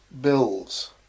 Bills